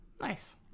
nice